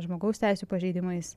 žmogaus teisių pažeidimais